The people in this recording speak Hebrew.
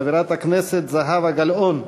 חברת הכנסת זהבה גלאון,